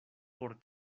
por